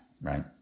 right